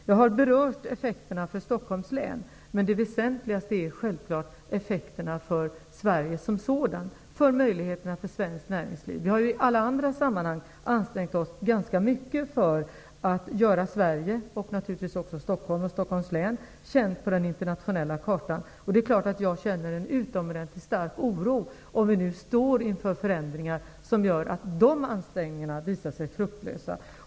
Jag har berört effekterna för Stockholms län, men det väsentligaste är självfallet effekterna för Sverige i stort och för svenskt näringslivs möjligheter. Vi har i alla andra sammanhang ansträngt oss ganska mycket för att göra Sverige och naturligtvis också Stockholm och Stockholms län kända på den internationella kartan. Det är klart att jag känner en utomordentligt stark oro, om vi nu står inför förändringar som gör att dessa ansträngningar visar sig fruktlösa.